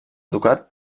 educat